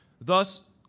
thus